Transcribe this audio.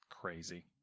crazy